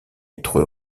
être